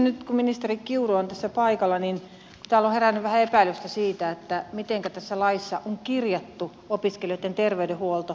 nyt kun ministeri kiuru on tällä paikalla kysyisin tästä kun täällä on herännyt vähän epäilystä siitä mitenkä tässä laissa on kirjattu opiskelijoitten terveydenhuolto